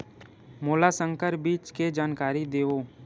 मोला संकर बीज के जानकारी देवो?